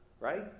right